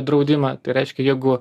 draudimą tai reiškia jeigu